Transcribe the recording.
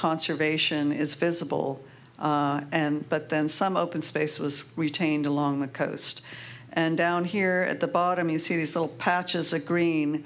conservation is visible and but then some open space was retained along the coast and down here at the bottom you see these little patches of green